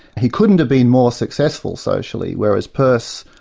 he couldn't have been more successful socially, whereas peirce,